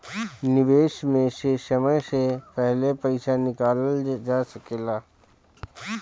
निवेश में से समय से पहले पईसा निकालल जा सेकला?